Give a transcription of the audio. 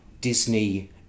Disney